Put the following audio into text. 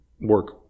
work